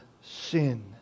sin